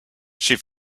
she